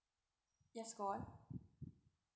yes go on